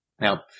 Now